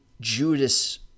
Judas